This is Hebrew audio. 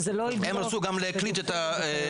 שזה לא --- הם רצו גם להקליט את הקול.